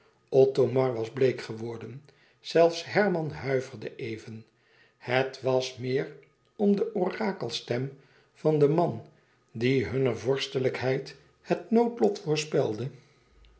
othomar was bleek geworden zelfs herman huiverde even het was meer om de orakelstem van den man die hunner vorstelijkheid het noodlot voorspelde